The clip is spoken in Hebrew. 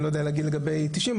אני לא יודע להגיד לגבי 90%,